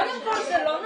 קודם כל זה לא נכון.